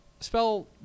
Spell